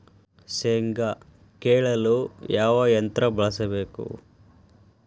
ಶೇಂಗಾ ಕೇಳಲು ಯಾವ ಯಂತ್ರ ಬಳಸಬೇಕು?